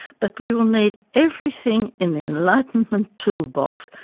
but we will need everything in the enlightenment toolbox,